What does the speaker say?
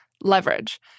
leverage